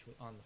on